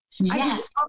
Yes